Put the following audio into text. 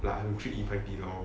like I'm treat Haidilao lor